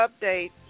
update